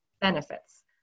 benefits